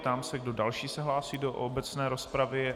Ptám se, kdo další se hlásí do obecné rozpravy.